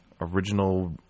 original